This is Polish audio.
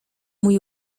mój